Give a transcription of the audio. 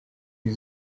die